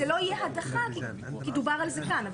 זאת לא תהיה הדחה, כי דובר על זה כאן.